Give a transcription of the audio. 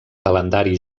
calendari